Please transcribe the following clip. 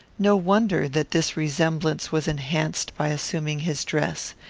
no wonder that this resemblance was enhanced by assuming his dress.